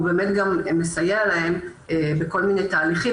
הוא באמת גם מסייע להם בכל מיני תהליכים,